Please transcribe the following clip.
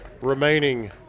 remaining